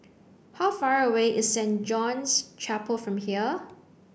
how far away is Saint John's Chapel from here